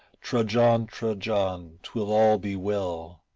trudge on, trudge on, twill all be well,